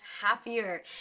happier